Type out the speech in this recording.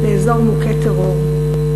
לאזור מוכה טרור.